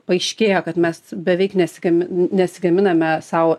paaiškėjo kad mes beveik nesigamin nesigaminame sau